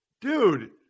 Dude